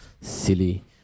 silly